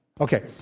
Okay